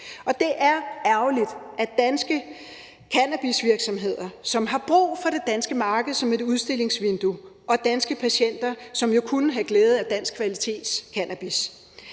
det er ærgerligt for danske cannabisvirksomheder, som har brug for det danske marked som et udstillingsvindue, og for danske patienter, som jo kunne have glæde af dansk kvalitetscannabis.